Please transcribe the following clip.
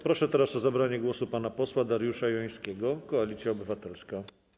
Proszę teraz o zabranie głosu pana posła Dariusza Jońskiego, Koalicja Obywatelska.